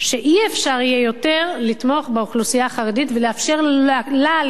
שלא יהיה אפשר יותר לתמוך באוכלוסייה החרדית ולאפשר לה,